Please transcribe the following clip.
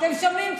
אתם שומעים,